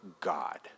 God